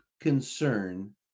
concern